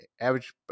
average